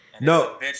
No